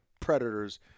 predators